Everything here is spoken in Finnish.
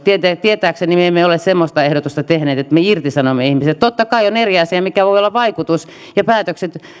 tietääkseni me emme ole semmoista ehdotusta tehneet että me irtisanomme ihmisiä totta kai on eri asia mikä voi olla vaikutus ja päätökset